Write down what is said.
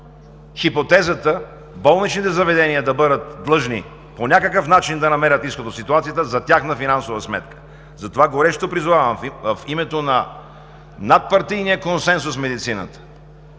хипотезата болничните заведения да бъдат длъжни по някакъв начин да намерят изход от ситуацията за тяхна финансова сметка. Затова горещо призовавам в името на надпартийния консенсус в медицината